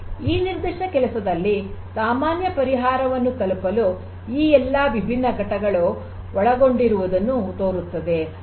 ಈ ನಿರ್ದಿಷ್ಟ ಕೆಲಸದಲ್ಲಿ ಸಾಮಾನ್ಯ ಪರಿಹಾರವನ್ನು ತಲುಪಲು ಈ ಎಲ್ಲಾ ವಿಭಿನ್ನ ಘಟಕಗಳು ಒಳಗೊಂಡಿರುವುದನ್ನು ತೋರುತ್ತದೆ